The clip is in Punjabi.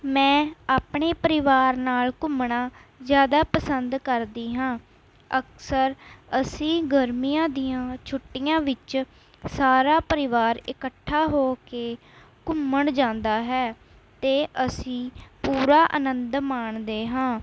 ਮੈਂ ਆਪਣੇ ਪਰਿਵਾਰ ਨਾਲ਼ ਘੁੰਮਣਾ ਜ਼ਿਆਦਾ ਪਸੰਦ ਕਰਦੀ ਹਾਂ ਅਕਸਰ ਅਸੀਂ ਗਰਮੀਆਂ ਦੀਆਂ ਛੁੱਟੀਆਂ ਵਿੱਚ ਸਾਰਾ ਪਰਿਵਾਰ ਇਕੱਠਾ ਹੋ ਕੇ ਘੁੰਮਣ ਜਾਂਦਾ ਹੈ ਅਤੇ ਅਸੀਂ ਪੂਰਾ ਅਨੰਦ ਮਾਣਦੇ ਹਾਂ